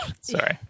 Sorry